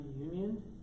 union